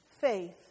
faith